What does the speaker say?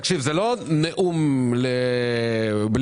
תקשיב, זה לא נאום לי סוף.